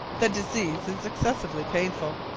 the disease is excessively painful.